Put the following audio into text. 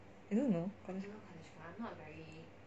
you don't know